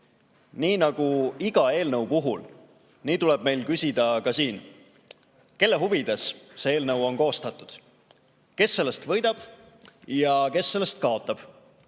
Nii nagu iga eelnõu puhul, tuleb meil küsida ka siin: kelle huvides see eelnõu on koostatud, kes sellest võidab ja kes sellest kaotab?